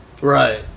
Right